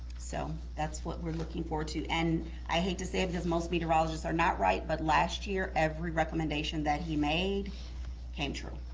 so that's what we're looking forward to. and i hate to say it, because most meteorologists are not right, but last year, every recommendation that he made came true.